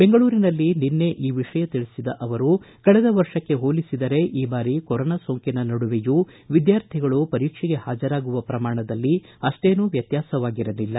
ಬೆಂಗಳೂರಿನಲ್ಲಿ ನಿನ್ನೆ ಈ ವಿಷಯ ತಿಳಿಸಿದ ಅವರು ಕಳೆದ ವರ್ಷಕ್ಕೆ ಹೋಲಿಸಿದರೆ ಈ ಬಾರಿ ಕೊರೊನಾ ಸೋಂಕಿನ ನಡುವೆಯೂ ವಿದ್ಯಾರ್ಥಿಗಳು ಪರೀಕ್ಷೆಗೆ ಹಾಜರಾಗುವ ಪ್ರಮಾಣದಲ್ಲಿ ಅಷ್ಷೇನು ವ್ಯತ್ಯಾಸವಾಗಿರಲಿಲ್ಲ